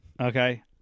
Okay